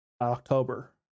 October